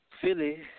Philly